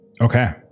Okay